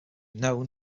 known